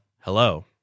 hello